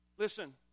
Listen